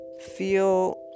feel